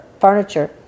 furniture